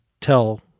tell